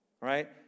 right